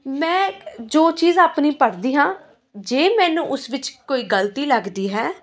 ਮੈਂ ਜੋ ਚੀਜ਼ ਆਪਣੀ ਪੜ੍ਹਦੀ ਹਾਂ ਜੇ ਮੈਨੂੰ ਉਸ ਵਿੱਚ ਕੋਈ ਗਲਤੀ ਲੱਗਦੀ ਹੈ